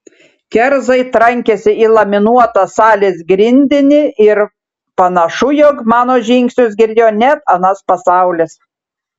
kerzai trankėsi į laminuotą salės grindinį ir panašu jog mano žingsnius girdėjo net anas pasaulis